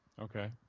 Okay